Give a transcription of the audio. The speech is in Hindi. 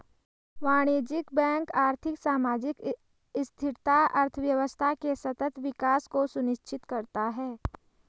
वाणिज्यिक बैंक आर्थिक, सामाजिक स्थिरता, अर्थव्यवस्था के सतत विकास को सुनिश्चित करता है